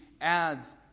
adds